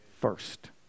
first